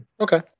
okay